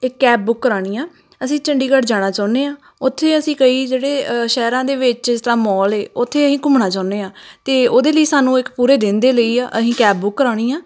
ਇਕ cab book ਕਰਾਉਣੀ ਆ ਅਸੀਂ ਚੰਡੀਗੜ੍ਹ ਜਾਣਾ ਚਾਹੁੰਦੇ ਹਾਂ ਉੱਥੇ ਅਸੀਂ ਕਈ ਜਿਹੜੇ ਸ਼ਹਿਰਾਂ ਦੇ ਵਿੱਚ ਜਿਸ ਤਰ੍ਹਾਂ ਮੋਲ ਹੈ ਉੱਥੇ ਅਸੀਂ ਘੁੰਮਣਾ ਚਾਹੁੰਦੇ ਹਾਂ ਅਤੇ ਉਹਦੇ ਲਈ ਸਾਨੂੰ ਇੱਕ ਪੂਰੇ ਦਿਨ ਦੇ ਲਈ ਆ ਅਸੀਂ ਕੈਬ ਬੁੱਕ ਕਰਾਉਣੀ ਆ